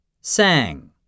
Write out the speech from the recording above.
Sang